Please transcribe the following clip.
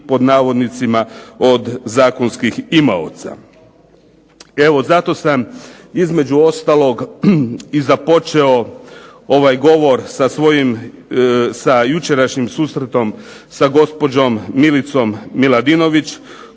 pod navodnicima, od zakonskih imaoca. Evo zato sam između ostalog i započeo ovaj govor sa jučerašnjim susretom sa gospođom Milicom Miladinović